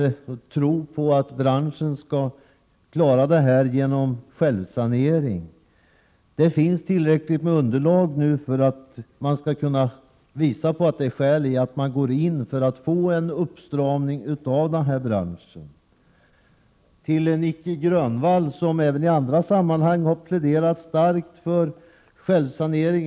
Man tror på att branschen skall kunna klara problemen genom självsanering. Det finns tillräckligt med underlag för att kunna konstatera att det är nödvändigt med en uppstramning inom branschen. Nic Grönvall har även i andra sammanhang pläderat starkt för självsanering.